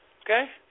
Okay